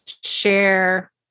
share